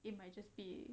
it might just be